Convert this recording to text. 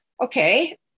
Okay